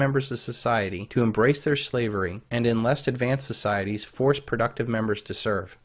members of society to embrace their slavery and in less advanced societies force productive members to serve